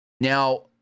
now